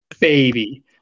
baby